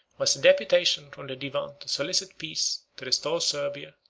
was a deputation from the divan to solicit peace, to restore servia,